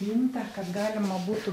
indą kad galima būtų